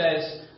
says